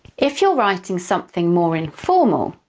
if you're writing something more informal,